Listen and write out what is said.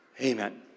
Amen